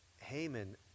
Haman